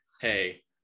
hey